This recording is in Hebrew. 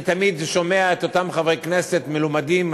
אני תמיד שומע את אותם חברי כנסת מלומדים,